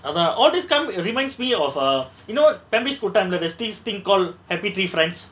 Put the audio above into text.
அதா:atha all these kind of reminds me of a you know primary school time lah there's this thing called happy tree friends